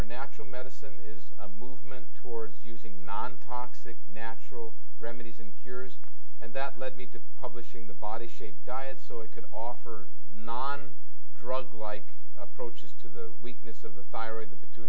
or natural medicine is a movement towards using nontoxic natural remedies and cures and that led me to publishing the body shape diet so it could offer non drug like approaches to the weakness of the thyroid